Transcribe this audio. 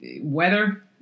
weather